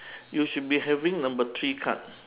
you should be having number three card